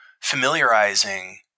familiarizing